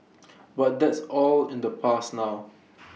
but that's all in the past now